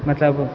मतलब